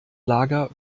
lager